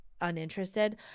uninterested